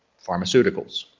pharmaceuticals,